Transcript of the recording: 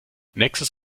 nächstes